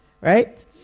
right